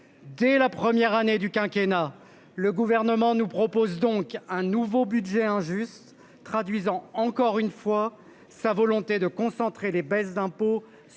Dès la première année du quinquennat, le gouvernement nous propose donc un nouveau budget injuste traduisant encore une fois sa volonté de concentrer les baisses d'impôts